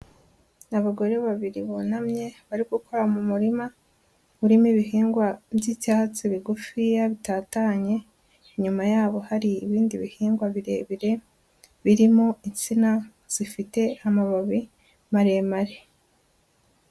Abagore babiri bunamye bari gukora mu murima urimo ibihingwa by'icyatsi bigufiya bitatanye, inyuma ya hari ibindi bihingwa birebire, birimo insina bifite amababi maremare.